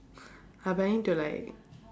I planning to like